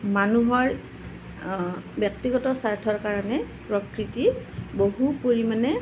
মানুহৰ ব্যক্তিগত স্বাৰ্থৰ কাৰণে প্ৰকৃতি বহু পৰিমাণে